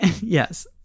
yes